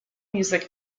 music